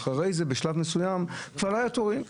ואחרי זה, בשלב מסוים, כבר לא היו תורים.